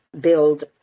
build